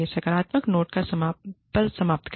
सकारात्मक नोट पर समाप्त करें